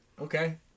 okay